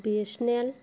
BSNL